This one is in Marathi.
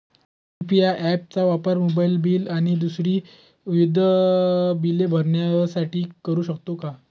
यू.पी.आय ॲप चा वापर मोबाईलबिल आणि दुसरी विविध बिले भरण्यासाठी करू शकतो का?